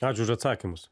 ačiū už atsakymus